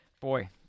Boy